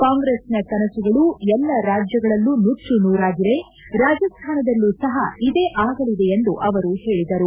ಕಾಂಗ್ರೆಸ್ನ ಕನಸುಗಳು ಎಲ್ಲಾ ರಾಜ್ಯಗಳಲ್ಲೂ ನುಚ್ಚು ನೂರಾಗಿವೆ ರಾಜಸ್ತಾನದಲ್ಲೂ ಸಹ ಇದೇ ಆಗಲಿದೆ ಎಂದು ಅವರು ಹೇಳಿದರು